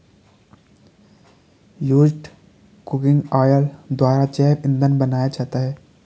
used cooking oil द्वारा जैव इंधन बनाया जाता है